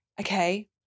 okay